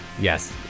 yes